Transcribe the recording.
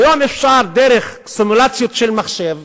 היום אפשר דרך סימולציות של מחשב,